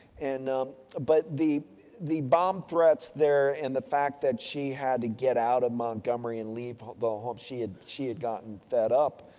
and but the the bomb threats there and the fact that she had to get out of montgomery and lead, the, um she had she had gotten fed up.